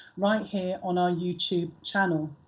right here on our youtube channel.